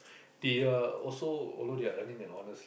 they are also although they are earning an honest